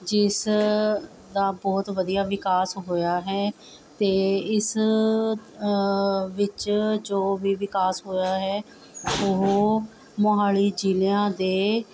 ਜਿਸ ਦਾ ਬਹੁਤ ਵਧੀਆ ਵਿਕਾਸ ਹੋਇਆ ਹੈ ਅਤੇ ਇਸ ਵਿੱਚ ਜੋ ਵੀ ਵਿਕਾਸ ਹੋਇਆ ਹੈ ਉਹ ਮੋਹਾਲੀ ਜ਼ਿਲ੍ਹਿਆਂ ਦੇ